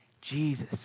jesus